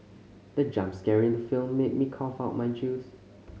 the jump scare in the film made me cough out my juice